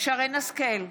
שרן מרים השכל,